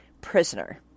prisoner